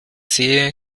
sehe